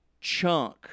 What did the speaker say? chunk